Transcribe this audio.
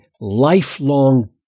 lifelong